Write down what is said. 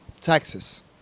taxes